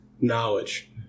knowledge